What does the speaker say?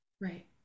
Right